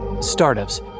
Startups